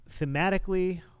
thematically